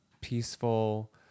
peaceful